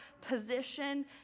position